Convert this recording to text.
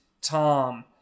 Tom